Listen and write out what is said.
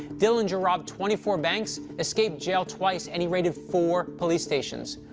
dillinger robbed twenty four banks, escaped jail twice, and he raided four police stations.